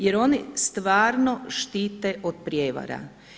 Jer oni stvarno štite od prijevara.